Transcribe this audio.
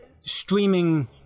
streaming